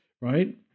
right